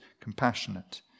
compassionate